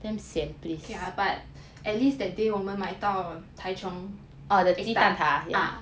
ok lah but at least that day 我们买到 Tai Cheong egg tart ah